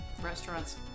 restaurant's